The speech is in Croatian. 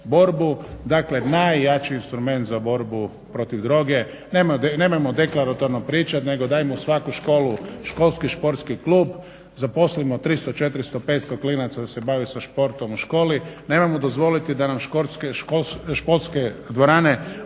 dakle najjači instrument za borbu protiv droge, nemojmo deklaratorno pričati, nego dajmo svaku školu školski športski klub, zaposlimo 300, 400, 500 klinaca da se bave sa športom u školi. Nemojmo dozvoliti da nam školske dvorane okupiraju